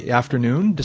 afternoon